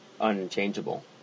unchangeable